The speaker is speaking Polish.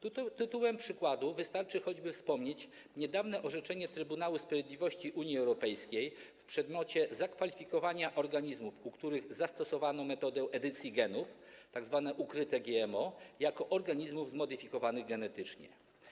Tytułem przykładu wystarczy choćby wspomnieć niedawne orzeczenie Trybunału Sprawiedliwości Unii Europejskiej w przedmiocie zakwalifikowania organizmów, w przypadku których zastosowano metodę edycji genów, tzw. ukryte GMO, jako organizmów zmodyfikowanych genetycznie.